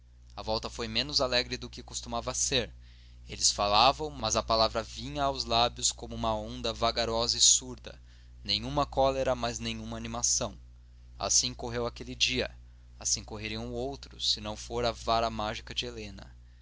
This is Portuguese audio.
a volta foi menos alegre do que costumava ser eles falavam mas a palavra vinha aos lábios como uma onda vagarosa e surda nenhuma cólera mas nenhuma animação assim correu aquele dia assim correriam outros se não fora a vara mágica de helena